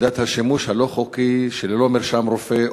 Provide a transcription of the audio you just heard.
מסתבר שמידת השימוש הלא-חוקי ללא מרשם רופא,